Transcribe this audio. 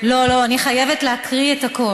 את לא